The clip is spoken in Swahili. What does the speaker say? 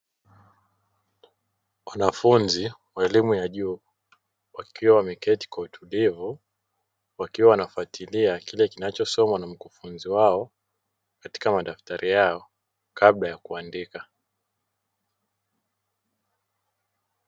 Wanafunzi wa elimu ya juu wakiwa wameketi kwa utulivu wakiwa wanafuatilia kile kinachosomwa na mkufunzi wao, katika madaftari yao kabla ya kuandika.